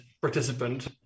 participant